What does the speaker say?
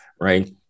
Right